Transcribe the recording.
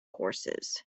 horses